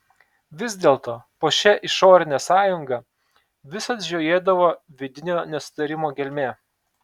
vis dėlto po šia išorine sąjunga visad žiojėdavo vidinio nesutarimo gelmė